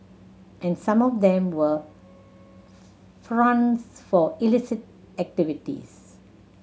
and some of them were fronts for illicit activities